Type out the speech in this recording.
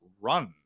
run